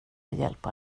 hjälpa